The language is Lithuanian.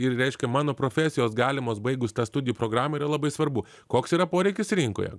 ir reiškia mano profesijos galimos baigus tą studijų programų yra labai svarbu koks yra poreikis rinkoje